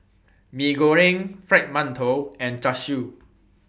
Mee Goreng Fried mantou and Char Siu